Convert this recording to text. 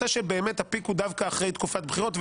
הפיק הוא דווקא אחרי תקופת בחירות,